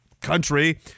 country